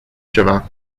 ceva